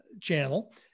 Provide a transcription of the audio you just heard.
channel